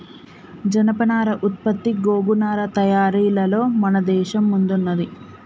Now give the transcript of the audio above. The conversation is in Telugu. జనపనార ఉత్పత్తి గోగు నారా తయారీలలో మన దేశం ముందున్నది